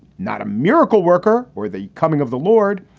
not a miracle worker or the coming of the lord.